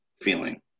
feeling